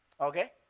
Okay